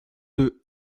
deux